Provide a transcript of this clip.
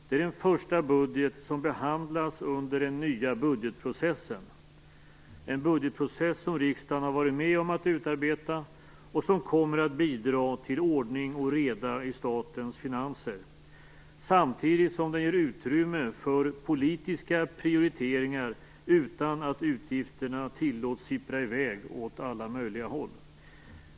Det är den första budget som behandlas under den nya budgetprocessen, en budgetprocess som riksdagen har varit med om att utarbeta och som kommer att bidra till ordning och reda i statens finanser. Samtidigt ger den utrymme för politiska prioriteringar utan att utgifterna tillåts sippra i väg åt alla möjliga håll.